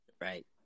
Right